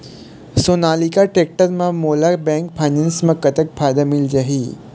Sonalika tractor म मोला bank finance म कतक फायदा मिल जाही?